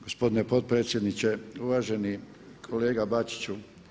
Gospodine potpredsjedniče, uvaženi kolega Bačiću.